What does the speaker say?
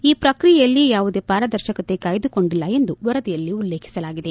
ಈ ಪ್ರಕ್ರಿಯೆಯಲ್ಲಿ ಯಾವುದೇ ಪಾರದರ್ಶಕತೆ ಕಾಯ್ದುಕೊಂಡಿಲ್ಲ ಎಂದು ವರದಿಯಲ್ಲಿ ಉಲ್ಲೇಖಿಸಲಾಗಿದೆ